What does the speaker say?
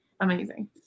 amazing